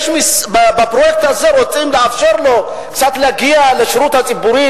בפרויקט הזה רוצים לאפשר לו קצת להגיע לשירות הציבורי,